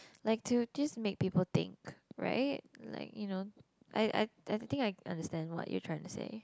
like to just make people think right like you know I I I think I understand what you are trying to say